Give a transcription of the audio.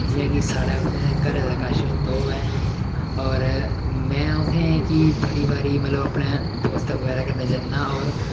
जि'यां कि साढ़ै उत्थैं घरै दे कश तौह् ऐ होर मैं उत्थें कि बड़ी बारी मतलब अपने दोस्तें बगैरे कन्नै जन्ना होर